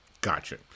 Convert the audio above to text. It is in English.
Gotcha